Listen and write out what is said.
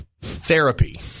therapy